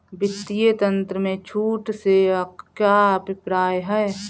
वित्तीय तंत्र में छूट से क्या अभिप्राय है?